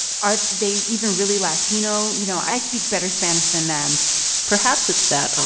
are they even really latino? you know, i speak better spanish than them perhaps it's that, um